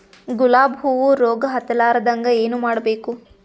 ಗುಲಾಬ್ ಹೂವು ರೋಗ ಹತ್ತಲಾರದಂಗ ಏನು ಮಾಡಬೇಕು?